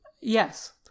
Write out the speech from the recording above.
yes